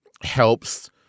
helps